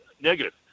negative